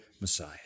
Messiah